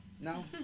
No